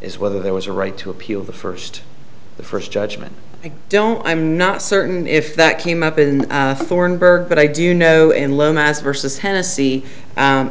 is whether there was a right to appeal the first the first judgment i don't i'm not certain if that came up in thornburgh but i do know in low mass versus tennessee